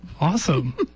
Awesome